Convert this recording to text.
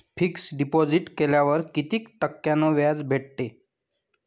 Fix deposit केल्यावर कितीक टक्क्यान व्याज भेटते?